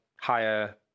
higher